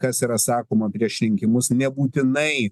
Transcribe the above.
kas yra sakoma prieš rinkimus nebūtinai